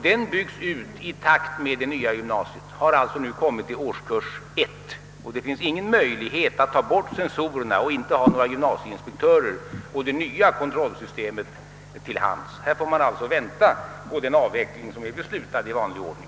Denna bygges ut i takt med det nuvarande gymnasiet och har nu kommit till årskurs 1. Det finns alltså inga möjligheter att ta bort censorerna och stå utan gymnasieinspektörer och inte ha det nya kontrollsystemet till hands. Här får man alltså vänta på den avveckling som är beslutad i vanlig ordning.